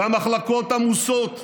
והמחלקות עמוסות.